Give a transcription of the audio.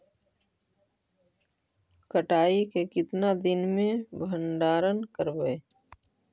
कटाई के कितना दिन मे भंडारन करबय?